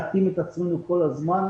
כדי להתאים את עצמנו כל הזמן,